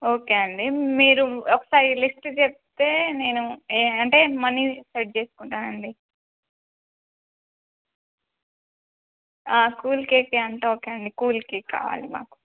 okay అండి మీరు ఒకసారి లిస్టు చెప్తే నేను ఏ అంటే మనీ సెట్ చేసుకుంటానండి కూల్ కేక్ అంతా ఓకే అండి కూల్ కేక్ కావాలి మాకు